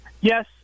yes